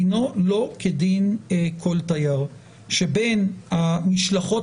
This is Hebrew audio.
דינו לא כדין כל תייר שבין המשלחות